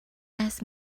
ask